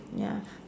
ya